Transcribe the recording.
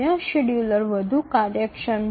অন্যান্য সময়সূচী অনেক বেশি দক্ষ